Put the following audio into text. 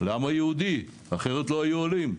לעם היהודי, אחרת לא היו עולים.